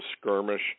skirmish